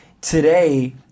Today